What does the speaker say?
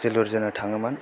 जोलुर जोनो थाङोमोन